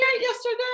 yesterday